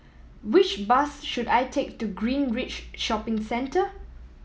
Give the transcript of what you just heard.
which bus should I take to Greenridge Shopping Centre